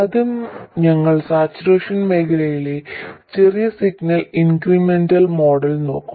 ആദ്യം ഞങ്ങൾ സാച്ചുറേഷൻ മേഖലയിലെ ചെറിയ സിഗ്നൽ ഇൻക്രിമെന്റൽ മോഡൽ നോക്കും